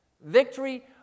Victory